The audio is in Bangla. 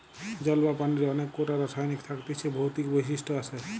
জল বা পানির অনেক কোটা রাসায়নিক থাকতিছে ভৌতিক বৈশিষ্ট আসে